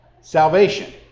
Salvation